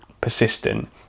persistent